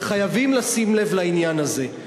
וחייבים לשים לב לעניין הזה.